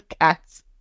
cats